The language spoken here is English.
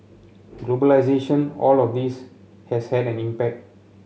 globalisation all of this has had an impact